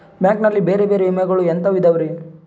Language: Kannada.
ಬ್ಯಾಂಕ್ ನಲ್ಲಿ ಬೇರೆ ಬೇರೆ ವಿಮೆಗಳು ಎಂತವ್ ಇದವ್ರಿ?